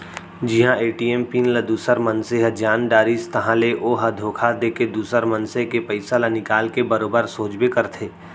जिहां ATM pin ल दूसर मनसे ह जान डारिस ताहाँले ओ ह धोखा देके दुसर मनसे के पइसा ल निकाल के बरोबर सोचबे करथे